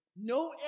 No